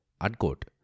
Unquote